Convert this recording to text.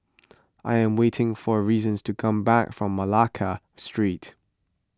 I am waiting for Reason to come back from Malacca Street